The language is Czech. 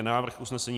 Návrh usnesení